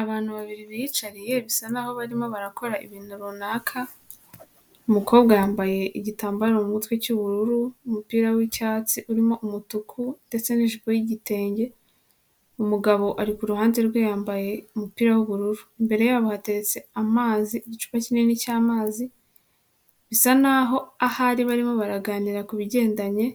Abantu babiri biyicariye bisa naho barimo barakora ibintu runaka, umukobwa yambaye igitambaro mu mutwe cy'ubururu, umupira w'icyatsi urimo umutuku ndetse n'ijipo y'igitenge, umugabo ari ku ruhande rwe yambaye umupira w'ubururu. Imbere yabo hateretse amazi, igicupa kinini cy'amazi, bisa naho ahari barimo baraganira ku bigendanye